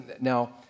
Now